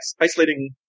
isolating